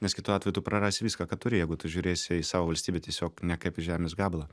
nes kitu atveju tu prarasi viską ką turi jeigu tu žiūrėsi į savo valstybę tiesiog ne kaip į žemės gabalą